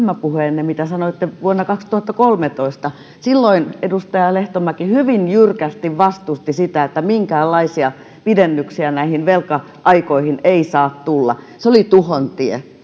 ryhmäpuhettanne mitä sanoitte vuonna kaksituhattakolmetoista silloin edustaja lehtomäki hyvin jyrkästi vastusti että minkäänlaisia pidennyksiä näihin velka aikoihin ei saa tulla se oli tuhon tie